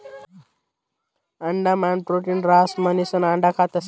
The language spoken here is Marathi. अंडा मान प्रोटीन रहास म्हणिसन अंडा खातस